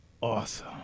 awesome